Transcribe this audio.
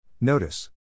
Notice